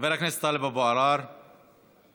חבר הכנסת טלב אבו עראר, איננו.